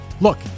Look